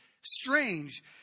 strange